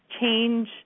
change